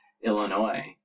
Illinois